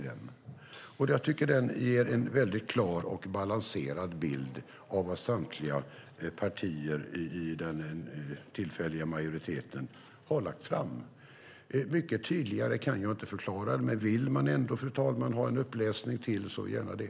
Jag tycker att det ger en väldigt klar och balanserad bild av vad samtliga partier i den tillfälliga majoriteten lagt fram. Mycket tydligare kan jag inte förklara här. Men vill man, fru talman, ha en uppläsning ännu en gång så gärna det.